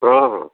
ହଁ ହଁ